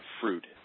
fruit